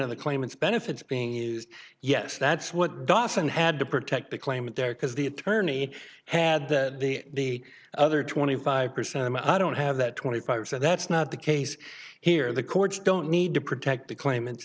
of the claimants benefits being used yes that's what dawson had to protect the claimant there because the attorney had the other twenty five percent and i don't have that twenty five so that's not the case here the courts don't need to protect the claima